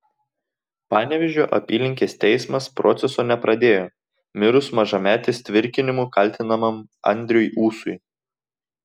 panevėžio apylinkės teismas proceso nepradėjo mirus mažametės tvirkinimu kaltinamam andriui ūsui